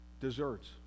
desserts